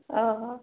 ଓହୋ